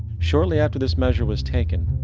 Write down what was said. shortly after this measure was taken,